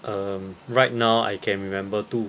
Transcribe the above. um right now I can't remember too